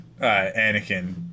Anakin